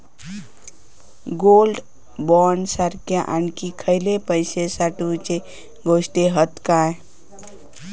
Gold bond सारखे आणखी खयले पैशे साठवूचे गोष्टी हत काय?